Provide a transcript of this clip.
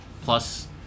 plus